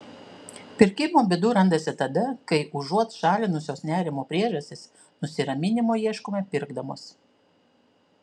pirkimo bėdų randasi tada kai užuot šalinusios nerimo priežastis nusiraminimo ieškome pirkdamos